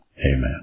Amen